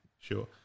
sure